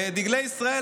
דגלי ישראל,